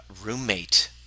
roommate